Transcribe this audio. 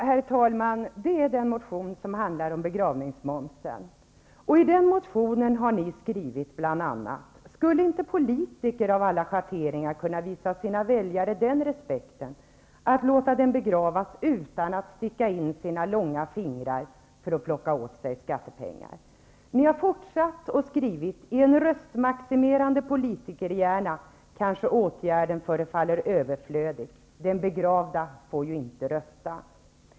Herr talman! Motion Sk617 handlar om begravningsmomsen. I den motionen har ni skrivit bl.a.: ''Skulle inte politiker av alla schatteringar kunna visa sina väljare den respekten att låta dem begravas utan att sticka in sina långa fingrar för att plocka åt sig skattepenningar. I en röstmaximerande politikerhjärna kanske åtgärden förefaller överflödig. Den begravda får ju inte rösta -.''